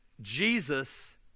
Jesus